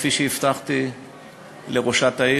כפי שהבטחתי לראשת העיר,